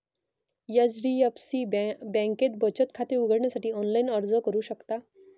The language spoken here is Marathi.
एच.डी.एफ.सी बँकेत बचत खाते उघडण्यासाठी ऑनलाइन अर्ज करू शकता